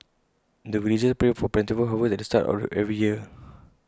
the villagers pray for plentiful harvest at the start of every year